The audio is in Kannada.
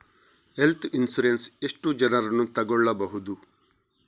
ಹೆಲ್ತ್ ಇನ್ಸೂರೆನ್ಸ್ ಎಷ್ಟು ಜನರನ್ನು ತಗೊಳ್ಬಹುದು?